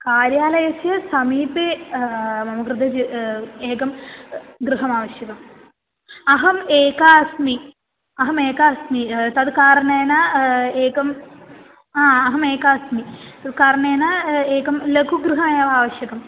कार्यालयस्य समीपे मम कृते एकं गृहमावश्यकम् अहम् एका अस्मि अहमेका अस्मि तद् कारणेन एकम् आ अहमेका अस्मि तत् कारणेन एकं लघु गृहमेव आवश्यकम्